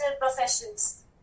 professions